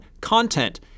content